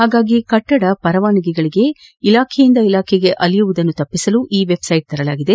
ಹಾಗಾಗಿ ಕಟ್ಟದ ಪರವಾನಗಿಗೆ ಇಲಾಖೆಗಳಿಂದ ಇಲಾಖೆಗೆ ಅಲೆಯುವುದನ್ನು ತಪ್ಪಿಸಲು ಈ ವೆಬ್ಸೈಟ್ ತರಲಾಗಿದೆ